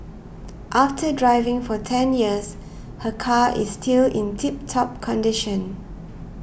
after driving for ten years her car is still in tip top condition